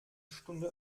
stunde